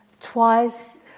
twice